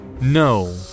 no